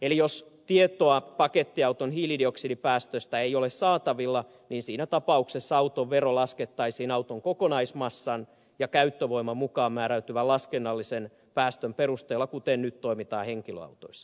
eli jos tietoa pakettiauton hiilidioksidipäästöstä ei ole saatavilla niin siinä tapauksessa auton vero laskettaisiin auton kokonaismassan ja käyttövoiman mukaan määräytyvän laskennallisen päästön perusteella kuten nyt toimitaan henkilöautoissa